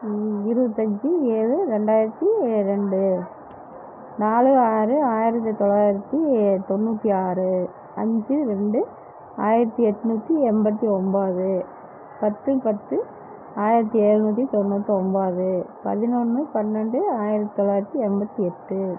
இருபத்தஞ்சி ஏழு ரெண்டாயிரத்தி ரெண்டு நாலு ஆறு ஆயிரத்தி தொள்ளாயிரத்தி தொண்ணூற்றி ஆறு அஞ்சு ரெண்டு ஆயிரத்தி எண்நூத்தி எண்பத்தி ஒம்பது பத்து பத்து ஆயிரத்தி ஏழ்நூற்றி தொண்ணூற்றொம்போது பதினொன்று பன்னரெண்டு ஆயிரத்தி தொள்ளாயிரத்தி எண்பத்தி எட்டு